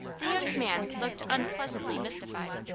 the young man looked unpleasantly mystified.